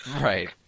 Right